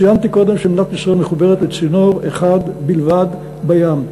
ציינתי קודם שמדינת ישראל מחוברת לצינור אחד בלבד בים,